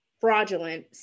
fraudulent